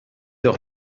doch